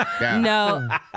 No